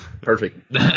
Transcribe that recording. Perfect